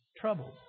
troubled